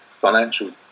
financial